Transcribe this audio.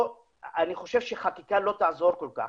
פה אני חושב שחקיקה לא תעזור כל כך,